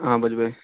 हँ बजबै